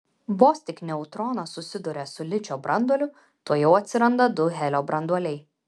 vos tik neutronas susiduria su ličio branduoliu tuojau atsiranda du helio branduoliai